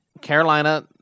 Carolina